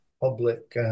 public